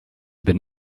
been